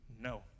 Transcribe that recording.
No